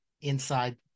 inside